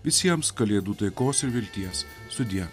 visiems kalėdų taikos ir vilties sudie